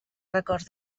records